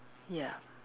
ya